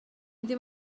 ddim